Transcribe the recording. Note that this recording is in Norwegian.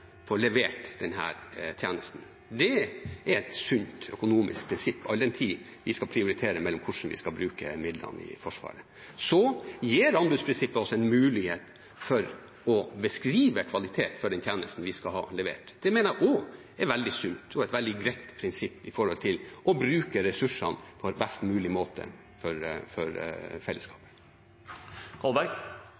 levert denne tjenesten. Det er et sunt økonomisk prinsipp all den tid vi skal prioritere hvordan vi skal bruke midlene i Forsvaret. Så gir anbudsprinsippet også en mulighet for å beskrive kvaliteten på den tjenesten vi skal ha levert. Det mener jeg også er veldig sunt og et veldig greit prinsipp for å bruke ressursene på en best mulig måte for fellesskapet. Statsråden svarer selvsagt ikke på det jeg spør om. Det ble vel litt for